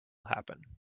happen